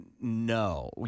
No